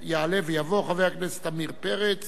יעלה ויבוא חבר הכנסת עמיר פרץ